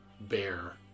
bear